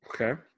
Okay